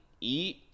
eat